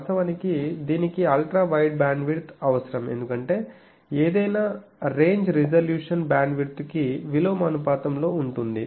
వాస్తవానికి దీనికి ultra wide bandwidth అవసరం ఎందుకంటే ఏదైనా రేంజ్ రిజల్యూషన్ బ్యాండ్విడ్త్కు విలోమానుపాతంలో ఉంటుంది